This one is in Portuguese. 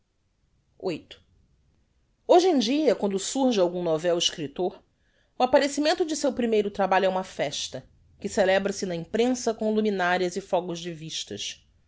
viii hoje em dia quando surge algum novel escriptor o apparecimento de seu primeiro trabalho é uma festa que celebra se na imprensa com luminarias e fogos de vistas